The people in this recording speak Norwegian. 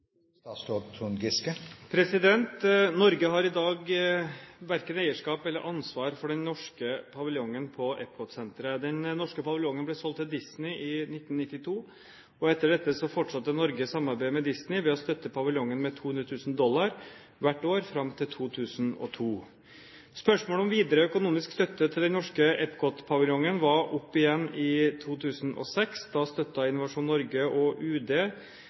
Norge har i dag verken eierskap eller ansvar for den norske paviljongen på Epcot-senteret. Den norske paviljongen ble solgt til Disney i 1992, og etter dette fortsatte Norge samarbeidet med Disney ved å støtte paviljongen med 200 000 dollar hvert år fram til 2002. Spørsmålet om videre økonomisk støtte til den norske Epcot-paviljongen var oppe igjen i 2006. Da støttet Innovasjon Norge og UD